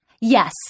Yes